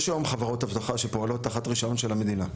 יש היום חברות אבטחה שפועלות תחת רישיון של המדינה,